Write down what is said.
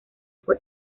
fue